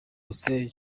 hussein